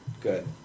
Good